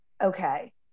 Okay